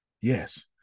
Yes